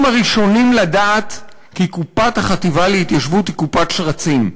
הם הראשונים לדעת כי קופת החטיבה להתיישבות היא קופת שרצים.